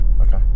Okay